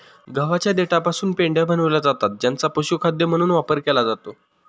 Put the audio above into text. गव्हाच्या देठापासून पेंढ्या बनविल्या जातात ज्यांचा पशुखाद्य म्हणून वापर केला जातो